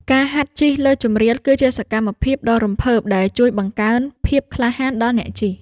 ការហាត់ជិះលើជម្រាល គឺជាសកម្មភាពដ៏រំភើបដែលជួយបង្កើនភាពក្លាហានដល់អ្នកជិះ។